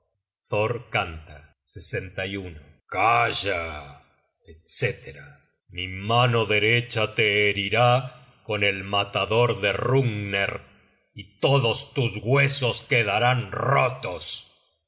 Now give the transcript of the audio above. ser ya thor thor canta calla etc mi mano derecha te herirá con el matador de hrungner y todos tus huesos quedarán rotos